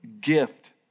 gift